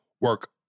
work